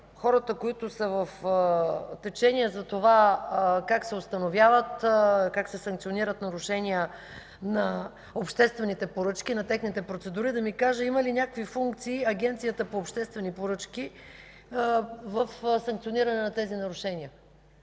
хората, които са в течение за това как се установяват, как се санкционират нарушения на обществените поръчки, на техните процедури, да ми каже има ли някакви функции Агенцията по обществените поръчки в санкциониране на тези нарушения?